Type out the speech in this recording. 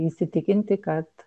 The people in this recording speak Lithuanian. įsitikinti kad